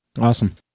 Awesome